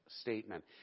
statement